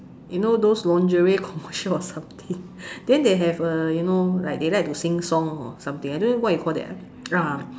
you know those lingerie commercial or something then they have uh you know like they like to sing song or something I don't know what you call that ah